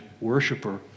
worshiper